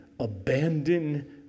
Abandon